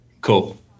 Cool